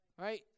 Right